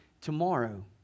tomorrow